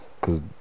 Cause